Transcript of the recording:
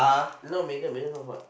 not Megan Megan not hot